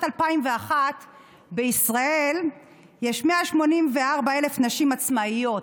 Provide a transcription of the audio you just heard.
2001 בישראל יש 184,000 נשים עצמאיות,